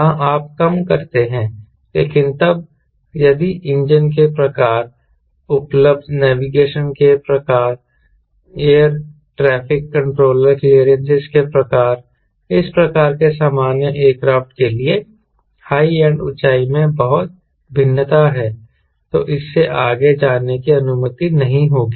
वहां आप कम करते हैं लेकिन तब यदि इंजन के प्रकार उपलब्ध नेविगेशन के प्रकार एयर ट्रैफिक कंट्रोलर क्लियरेंसेस के प्रकार इस प्रकार के सामान्य एयरक्राफ्ट के लिए हाई एंड ऊंचाई में बहुत भिन्नता है तो इससे आगे जाने की अनुमति नहीं होगी